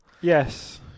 Yes